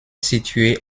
située